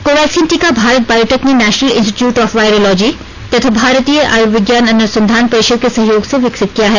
Covaxin टीका भारत बायोटेक ने National Institute of Virology तथा भारतीय आयुर्विज्ञान अनुसंधान परिषद के सहयोग से विकसित किया है